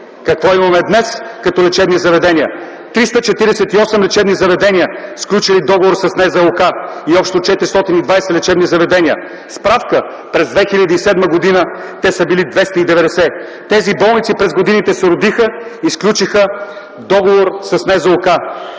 Какво имаме днес като лечебни заведения? Триста четиридесет и осем лечебни заведения са сключили договор с НЗОК и общо 420 лечебни заведения. Справка – през 2007 г. те са били 290. Тези болници през годините се родиха и сключиха договор с НЗОК.